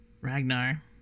ragnar